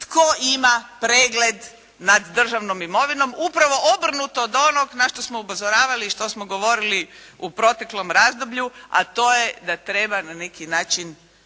tko ima pregled nad državnom imovinom. Upravo obrnuto od onog na što smo upozoravali i što smo govorili u proteklom razdoblju, a to je da treba na neki način